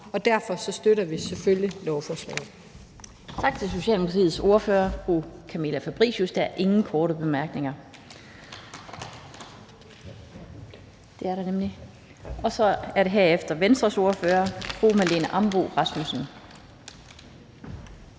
og derfor støtter vi selvfølgelig lovforslaget.